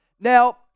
Now